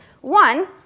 One